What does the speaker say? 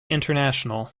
international